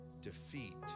defeat